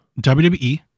WWE